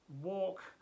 walk